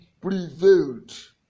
prevailed